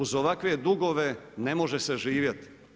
Uz ovakve dugove ne može se živjeti.